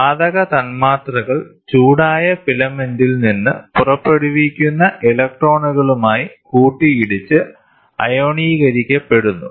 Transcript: വാതക തന്മാത്രകൾ ചൂടായ ഫിലമെന്റിൽ നിന്ന് പുറപ്പെടുവിക്കുന്ന ഇലക്ട്രോണുകളുമായി കൂട്ടിയിടിച്ച് അയോണീകരിക്കപ്പെടുന്നു